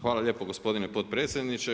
Hvala lijepo gospodine potpredsjedniče.